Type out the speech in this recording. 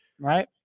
Right